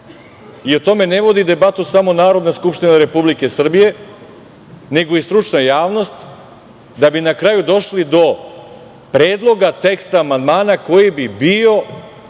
i o tome ne vodi debatu samo Narodna skupština Republike Srbije, nego i stručna javnost da bi na kraju došli do predloga teksta amandmana koji bi bio